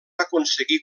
aconseguir